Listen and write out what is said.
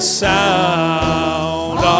sound